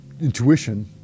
intuition